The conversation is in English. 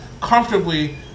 comfortably